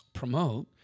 promote